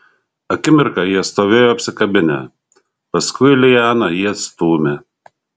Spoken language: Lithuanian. akimirką jie stovėjo apsikabinę paskui liana jį atstūmė